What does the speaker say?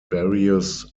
various